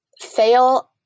fail